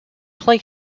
play